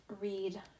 read